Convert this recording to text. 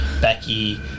Becky